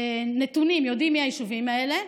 נתונים, יודעים מי היישובים האלה,